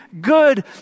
good